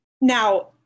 Now